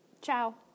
Ciao